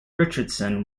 richardson